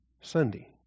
Sunday